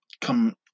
come